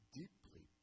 deeply